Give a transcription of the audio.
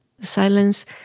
Silence